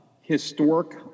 historic